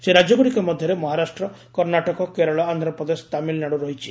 ସେହି ରାଜ୍ୟଗୁଡ଼ିକ ମଧ୍ୟରେ ମହାରାଷ୍ଟ୍ର କର୍ଣ୍ଣାଟକ କେରଳ ଆନ୍ଧ୍ରପ୍ରଦେଶ ଓ ତାମିଲନାଡ଼ୁ ରହିଛି